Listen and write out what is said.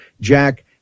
Jack